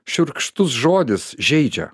šiurkštus žodis žeidžia